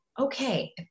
okay